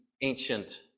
ancient